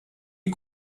est